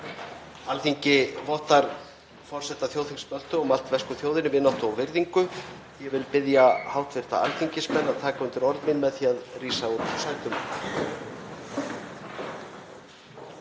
Alþingi vottar forseta þjóðþings Möltu og maltversku þjóðinni vináttu og virðingu. Ég bið hv. alþingismenn að taka undir orð mín með því að rísa úr sætum.